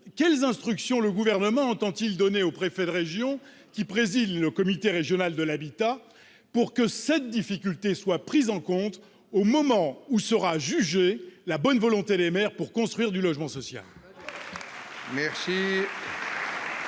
quelles instructions le Gouvernement entend-il donner aux préfets de région, qui président les comités régionaux de l'habitat, pour que cette difficulté soit prise en compte au moment où sera jugée la bonne volonté des maires pour la construction de logement social ? La